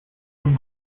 from